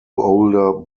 older